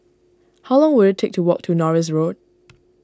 how long will it take to walk to Norris Road